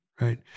Right